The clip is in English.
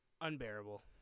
unbearable